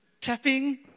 tapping